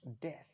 Death